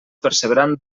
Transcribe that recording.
percebran